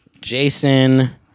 Jason